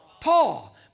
Paul